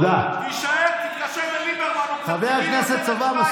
תישאר, תתקשר לליברמן, יותר את שווייץ מאריה דרעי.